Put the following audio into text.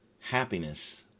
Happiness